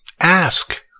ask